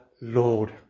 Lord